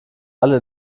alle